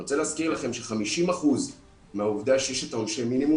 אני רוצה להזכיר לכם ש-50 אחוזים מהעובדה שיש את עונשי המינימום,